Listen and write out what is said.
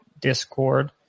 Discord